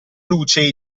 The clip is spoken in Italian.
luce